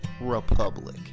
republic